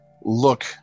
look